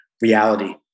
reality